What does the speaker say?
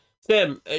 Sam